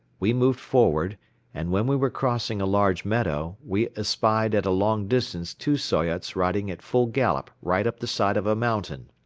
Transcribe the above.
we moved forward and, when we were crossing a large meadow, we espied at a long distance two soyots riding at full gallop right up the side of a mountain.